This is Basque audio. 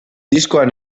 diskoan